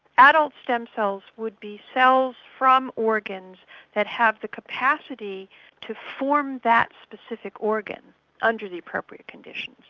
adult stem cells would be cells from organs that have the capacity to form that specific organ under the appropriate conditions.